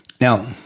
Now